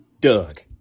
Doug